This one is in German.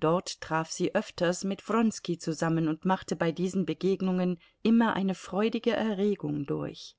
dort traf sie öfters mit wronski zusammen und machte bei diesen begegnungen immer eine freudige erregung durch